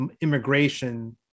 immigration